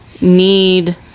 need